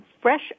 Fresh